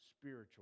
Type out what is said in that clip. spiritual